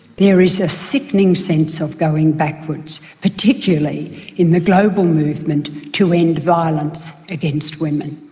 there is a sickening sense of going backwards, particularly in the global movement to end violence against women.